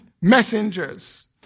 messengers